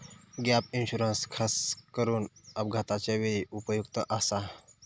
gap insurance खासकरून अपघाताच्या वेळी उपयुक्त आसा